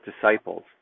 disciples